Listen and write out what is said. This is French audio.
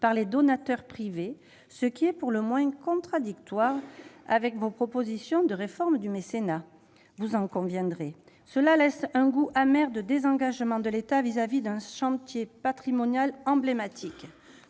par les donateurs privés, ce qui est pour le moins contradictoire avec vos propositions de réforme du mécénat, vous en conviendrez ! Voilà qui laisse un goût amer, face au désengagement de l'État vis-à-vis d'un chantier patrimonial emblématique.